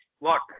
Look